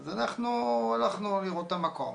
אז אנחנו הלכנו לראות את המקום,